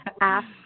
ask